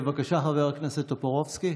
בבקשה, חבר הכנסת טופורובסקי.